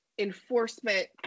enforcement